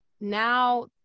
Now